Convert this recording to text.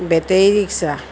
battery rickshaw